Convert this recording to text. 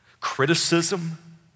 criticism